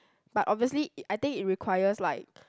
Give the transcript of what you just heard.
but obviously it I think it requires like